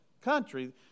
country